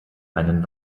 einen